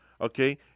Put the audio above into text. Okay